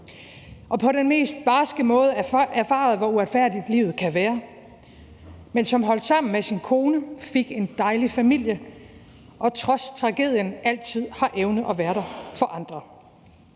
som på den mest barske måde erfarede, hvor uretfærdigt livet kan være, men som holdt sammen med sin kone og fik en dejlig familie, og som trods tragedien altid har evnet at være der for andre;